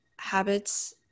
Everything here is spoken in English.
habits